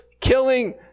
killing